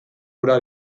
ura